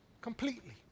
Completely